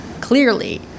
clearly